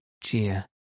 cheer